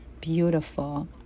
beautiful